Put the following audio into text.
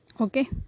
okay